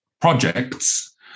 projects